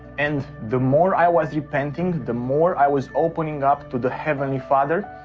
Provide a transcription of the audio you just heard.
and the more i was repenting, the more i was opening up to the heavenly father,